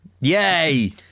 Yay